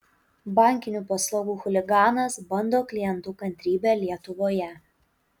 bankinių paslaugų chuliganas bando klientų kantrybę lietuvoje